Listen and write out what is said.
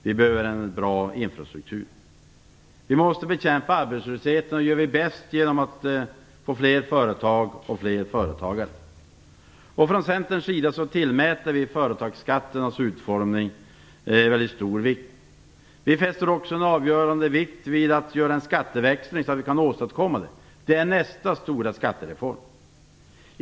Vi behöver en bra infrastruktur. Vi måste bekämpa arbetslösheten, och det gör vi bäst genom att få fler företag och fler företagare. Från Centerns sida tillmäter vi företagsskatternas utformning en väldigt stor vikt. Vi fäster också en avgörande vikt vid att göra en skatteväxling så att vi kan åstadkomma detta. Det är nästa stora skattereform.